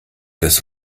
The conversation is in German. des